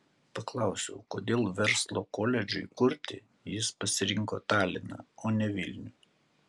paklausiau kodėl verslo koledžui kurti jis pasirinko taliną o ne vilnių